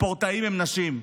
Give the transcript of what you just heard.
מהספורטאים הם נשים.